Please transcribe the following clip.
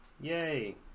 Yay